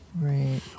Right